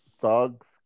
thugs